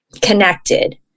connected